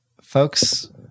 Folks